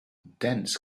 dense